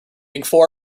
waiting